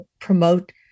promote